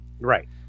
Right